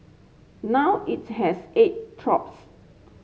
now it has eight troops